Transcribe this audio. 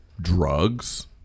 drugs